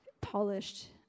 polished